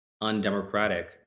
undemocratic